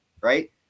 right